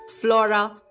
Flora